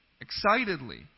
excitedly